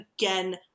again